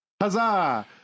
Huzzah